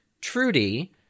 Trudy